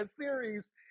series